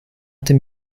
tym